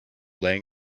laying